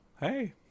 hey